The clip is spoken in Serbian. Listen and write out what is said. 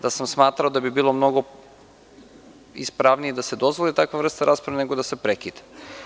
Zato smatram da bi bilo bolje i ispravnije da se dozvoli takva vrsta rasprave nego da se prekine.